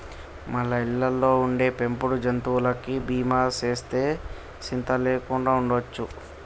మన ఇళ్ళలో ఉండే పెంపుడు జంతువులకి బీమా సేస్తే సింత లేకుండా ఉండొచ్చు